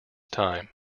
time